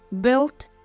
built